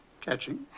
...catching